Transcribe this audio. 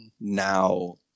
now